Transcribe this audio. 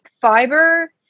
fiber